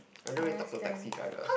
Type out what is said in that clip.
I don't really talk to taxi drivers